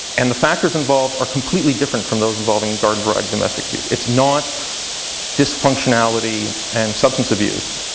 and the factors involved are completely different from those involving garden variety domestic abuse. it's not dysfunctionality and substance abuse.